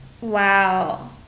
Wow